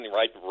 right